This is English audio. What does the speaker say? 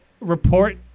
report